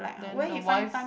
then the wife